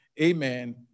amen